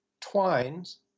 twines